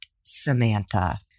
Samantha